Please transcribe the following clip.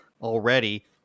already